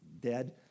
dead